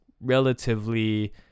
relatively